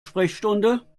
sprechstunde